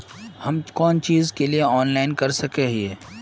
हम कोन चीज के लिए ऑनलाइन कर सके हिये?